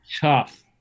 tough